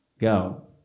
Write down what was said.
go